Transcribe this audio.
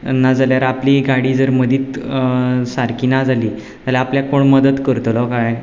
नाजाल्यार आपली गाडी जर मदीत सारकी ना जाली जाल्यार आपल्याक कोण मदत करतलो काय